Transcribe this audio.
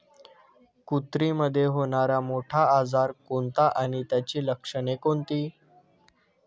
कुत्रीमध्ये होणारा मोठा आजार कोणता आणि त्याची लक्षणे कोणती?